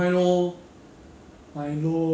seasonal eh seasonal lah